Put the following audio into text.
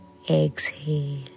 Exhale